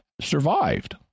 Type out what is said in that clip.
survived